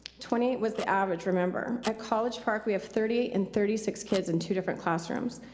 twenty was the average, remember. at college park, we have thirty and thirty six kids in two different classrooms.